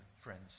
friends